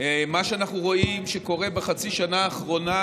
מה שאנחנו רואים שקורה בחצי השנה האחרונה